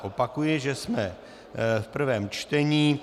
Opakuji, že jsme v prvém čtení.